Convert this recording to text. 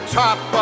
top